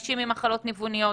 אנשים עם מחלות ניווניות,